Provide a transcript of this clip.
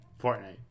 Fortnite